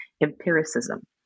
empiricism